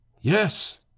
Yes